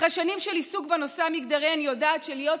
אחרי שנים של עיסוק בנושא המגדרי אני יודעת שלהיות